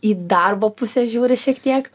į darbo pusę žiūri šiek tiek